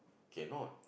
cannot